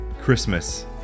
Christmas